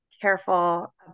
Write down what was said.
careful